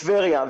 טבריה,